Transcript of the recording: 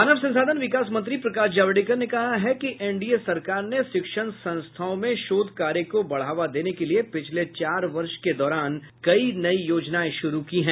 मानव संसाधन विकास मंत्री प्रकाश जावड़ेकर ने कहा है कि एन डी ए सरकार ने शिक्षण संस्थाओं में शोध कार्य को बढ़ावा देने के लिए पिछले चार वर्ष के दौरान कई नई योजनाएं शुरू की हैं